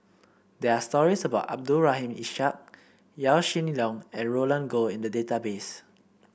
there are stories about Abdul Rahim Ishak Yaw Shin Leong and Roland Goh in the database